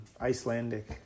Icelandic